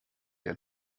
der